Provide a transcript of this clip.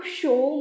show